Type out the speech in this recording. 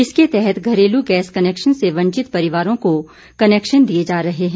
इसके तहत घरेलू गैस कनेक्शन से वंचित परिवारों को कनेक्शन दिए जा रहे हैं